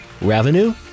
revenue